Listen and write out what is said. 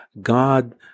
God